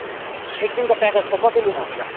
एकदिनको प्याकेज चाहिँ कति लिनुहुन्छ